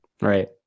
Right